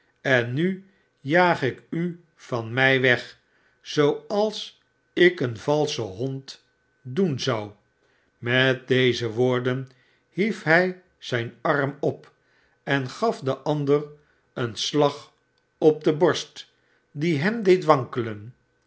en nu jaag ik u van mij weg zooals ik een valschen hond doen zou met deze woorden hief hij zijn arm op en gaf den ander een slag op de borst die hem deed wankelen